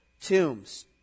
tombs